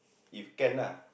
if can lah